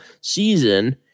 season